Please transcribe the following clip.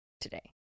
today